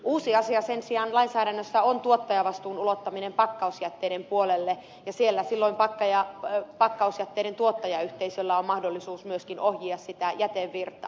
uusi asia sen sijaan lainsäädännössä on tuottajavastuun ulottaminen pakkausjätteiden puolelle ja siellä silloin pakkausjätteiden tuottajayhteisöllä on mahdollisuus myöskin ohjia sitä jätevirtaa